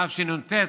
תשנ"ט,